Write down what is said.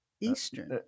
Eastern